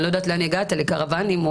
אני לא יודעת אם אתה הגעת לקרוואנים או